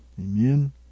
Amen